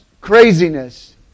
craziness